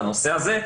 בנושא הזה,